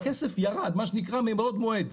הכסף ירד מה שנקרא מבעוד מועד.